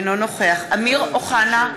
אינו נוכח אמיר אוחנה,